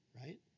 right